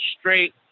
straight